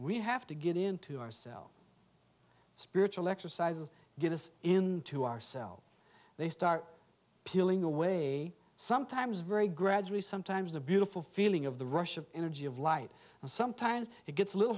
we have to get into ourselves spiritual exercises get us into ourselves they start peeling away sometimes very gradually sometimes a beautiful feeling of the rush of energy of light and sometimes it gets a little